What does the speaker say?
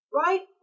right